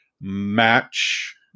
match